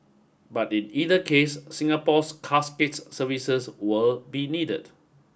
but it either case Singapore's Casket's services will be needed